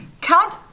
Count